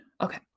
Okay